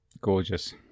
Gorgeous